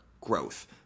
growth